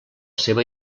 seva